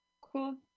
Cool